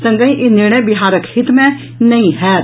संगहि ई निर्णय बिहारक हित मे नहि होयत